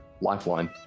Lifeline